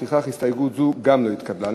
לפיכך, גם הסתייגות זו לא התקבלה.